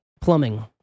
plumbing